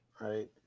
Right